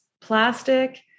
plastic